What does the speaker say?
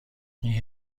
این